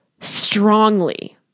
strongly